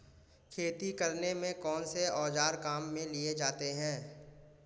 खेती करने में कौनसे औज़ार काम में लिए जाते हैं?